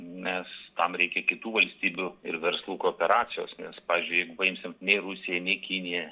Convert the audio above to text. nes tam reikia kitų valstybių ir verslų kooperacijos nes pavyzdžiui paimsime nei rusija nei kinija